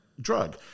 drug